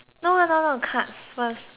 cards first